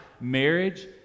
marriage